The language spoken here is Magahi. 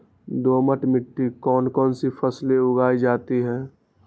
दोमट मिट्टी कौन कौन सी फसलें उगाई जाती है?